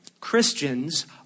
Christians